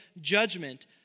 judgment